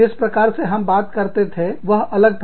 जिस तरह से हम बात करते थे वह अलग था